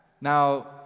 Now